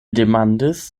demandis